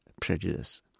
prejudice